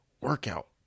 workout